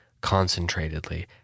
concentratedly